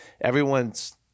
everyone's –